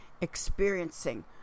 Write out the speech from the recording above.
experiencing